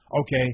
Okay